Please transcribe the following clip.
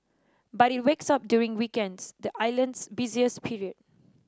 but it wakes up during weekends the island's busiest period